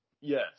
Yes